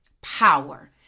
power